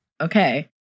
Okay